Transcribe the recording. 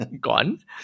gone